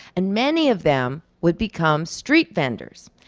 and many of them would become street vendors.